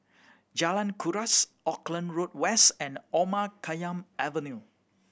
Jalan Kuras Auckland Road West and Omar Khayyam Avenue